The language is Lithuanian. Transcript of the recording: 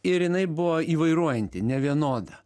ir jinai buvo įvairuojanti nevienoda